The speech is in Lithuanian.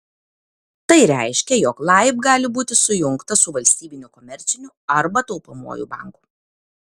tai reiškia jog laib gali būti sujungtas su valstybiniu komerciniu arba taupomuoju banku